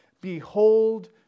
Behold